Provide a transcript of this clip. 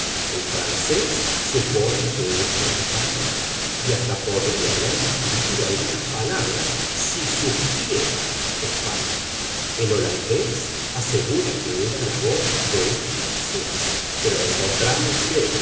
el francés supone que es un español y hasta podría haber distinguido algunas palabras si supiera español el holandés asegura que era la voz de un francés pero encontramos que